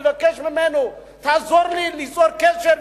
מבקש ממנו: תעזור לי ליצור קשר,